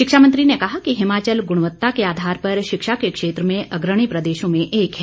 शिक्षा मंत्री ने कहा कि हिमाचल गुणवत्ता के आधार पर शिक्षा के क्षेत्र में अग्रणी प्रदेशों में एक है